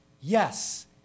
yes